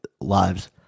lives